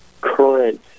current